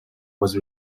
was